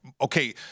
Okay